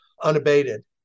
unabated